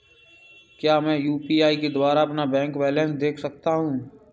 क्या मैं यू.पी.आई के द्वारा अपना बैंक बैलेंस देख सकता हूँ?